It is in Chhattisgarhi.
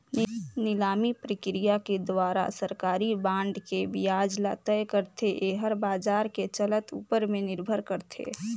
निलामी प्रकिया के दुवारा सरकारी बांड के बियाज ल तय करथे, येहर बाजार के चलत ऊपर में निरभर करथे